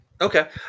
Okay